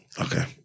Okay